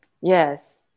yes